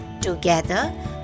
Together